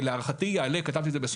ויעלה להערכתי ב-20%,